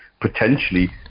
potentially